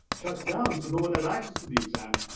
shuts down, so no one has access to the exam.